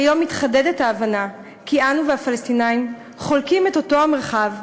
כיום מתחדדת ההבנה כי אנו והפלסטינים חולקים את אותו המרחב,